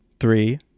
three